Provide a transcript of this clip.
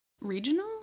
regional